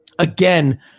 Again